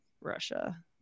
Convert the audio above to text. Russia